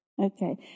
Okay